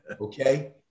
Okay